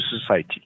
society